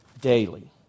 daily